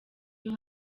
iyo